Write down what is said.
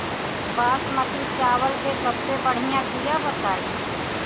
बासमती चावल के सबसे बढ़िया बिया बताई?